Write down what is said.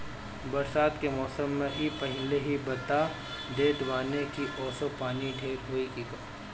बरसात के मौसम में इ पहिले ही बता देत बाने की असो पानी ढेर होई की कम